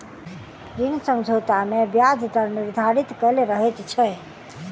ऋण समझौता मे ब्याज दर निर्धारित कयल रहैत छै